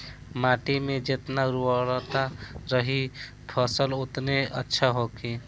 माटी में जेतना उर्वरता रही फसल ओतने अच्छा होखी